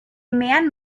man